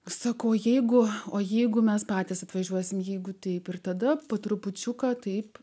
sakau jeigu o jeigu mes patys atvažiuosime jeigu taip ir tada po trupučiuką taip